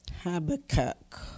Habakkuk